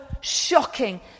shocking